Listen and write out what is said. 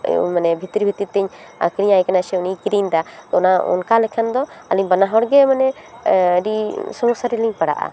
ᱢᱟᱱᱮ ᱵᱷᱤᱛᱨᱤ ᱵᱷᱤᱛᱨᱤ ᱛᱮᱧ ᱟᱹᱠᱷᱨᱤᱧ ᱟᱭ ᱠᱟᱱᱟ ᱥᱮ ᱩᱱᱤᱭ ᱠᱤᱨᱤᱧ ᱮᱫᱟ ᱚᱱᱟ ᱚᱱᱠᱟ ᱞᱮᱠᱷᱟᱱ ᱫᱚ ᱟᱹᱞᱤᱧ ᱵᱟᱱᱟ ᱦᱚᱲ ᱜᱮ ᱢᱟᱱᱮ ᱟᱹᱰᱤ ᱥᱳᱢᱳᱥᱟ ᱨᱮᱞᱤᱧ ᱯᱟᱲᱟᱜᱼᱟ